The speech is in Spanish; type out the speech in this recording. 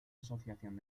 asociación